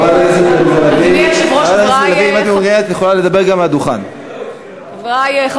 הרב גפני, שאלה: אתה מוכן שיהיה כתוב, זאב ולביאה.